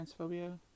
transphobia